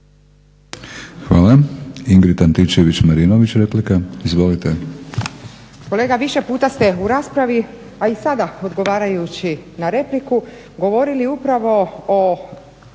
replika. **Antičević Marinović, Ingrid (SDP)** Kolega, više puta ste u raspravi a i sada odgovarajući na repliku govorili upravo o